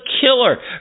killer